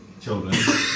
children